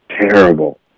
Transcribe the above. terrible